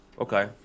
Okay